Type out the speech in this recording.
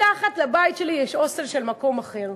מתחת לבית שלי יש הוסטל "מקום אחר"